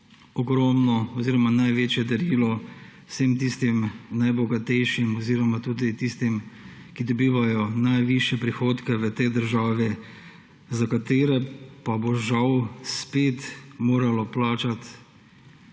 oziroma največje darilo vsem najbogatejših oziroma tistim, ki dobivajo najvišje prihodke v tej državi, za katere pa bo žal spet moral plačati